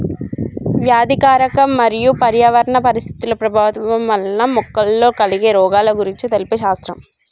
వ్యాధికారక మరియు పర్యావరణ పరిస్థితుల ప్రభావం వలన మొక్కలలో కలిగే రోగాల గురించి తెలిపే శాస్త్రం